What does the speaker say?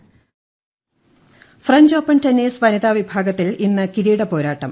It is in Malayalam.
ടെന്നീസ് ഫ്രഞ്ച് ഓപ്പൺ ടെന്നീസ് വനിതാ വിഭാഗത്തിൽ ഇന്ന് കിരീട പോരാട്ടം